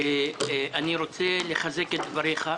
אני רוצה לחזק את דבריך,